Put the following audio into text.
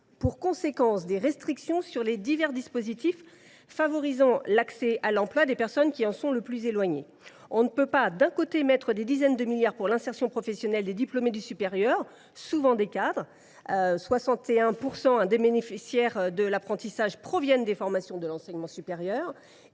qui entraînerait des restrictions sur les divers dispositifs favorisant l’accès à l’emploi des personnes qui en sont les plus éloignées. On ne peut pas, d’un côté, consacrer des dizaines de milliards d’euros à l’insertion professionnelle des diplômés du supérieur, souvent des cadres – 61 % des bénéficiaires de l’apprentissage proviennent des formations de l’enseignement supérieur